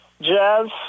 Jazz